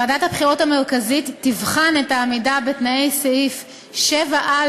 ועדת הבחירות המרכזית תבחן את העמידה בתנאי סעיף 7א